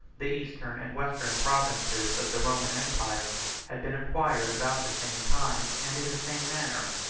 the eastern and western provinces of the roman empire had been acquired about the same time, and in the same manner,